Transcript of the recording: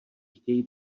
chtějí